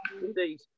indeed